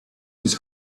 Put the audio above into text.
his